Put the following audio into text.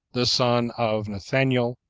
the son of nathaniel,